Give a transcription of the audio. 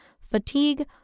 Fatigue